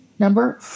number